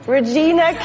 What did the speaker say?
Regina